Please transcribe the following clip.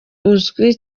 uzwi